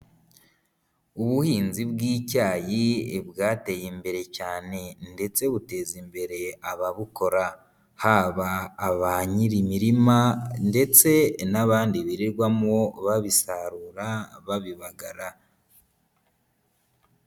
Ubuhinzi bw'icyayi bwateye imbere cyane ndetse buteza imbere ababukora, haba ba nyir'imirima ndetse n'abandi birirwamo babisarura babibagara.